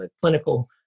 clinical